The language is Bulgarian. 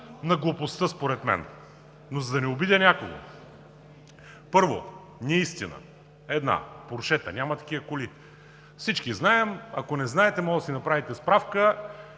на глупостта според мен! За да не обидя някого, първа неистина – поршета. Няма такива коли. Всички знаем, ако не знаете, може да си направите справка,